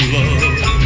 love